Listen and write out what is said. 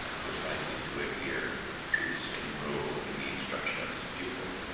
was likely to adhere to the same rule in the instruction of his pupil.